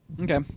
Okay